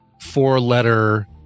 four-letter